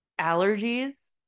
allergies